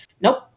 nope